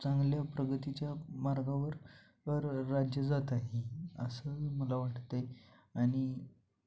चांगल्या प्रगतीच्या मार्गावर राज्य जातं आहे असं मला वाटतं आहे आणि